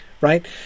right